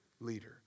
leader